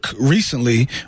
recently